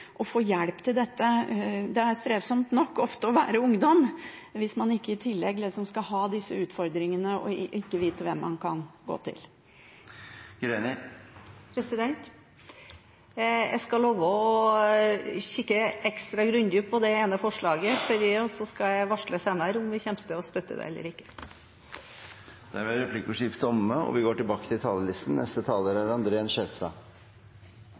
og få hjelp. Det er ofte strevsomt nok å være ungdom om man ikke i tillegg også skal ha disse utfordringene og ikke vite hvem man kan gå til. Jeg skal love å kikke ekstra grundig på det ene forslaget, og så skal jeg varsle senere om vi kommer til å støtte det eller ikke. Replikkordskiftet er omme. Integreringsforliket som ble signert i Stortinget 16. desember, var en bestilling til regjeringen som bl.a. fulgte opp meldingen vi har i dag. Vi er